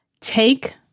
Take